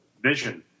Vision